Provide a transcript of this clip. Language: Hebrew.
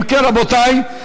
אם כן, רבותי,